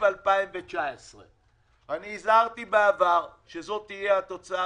2019. אני הזהרתי בעבר שזו תהיה התוצאה,